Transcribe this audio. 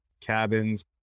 cabins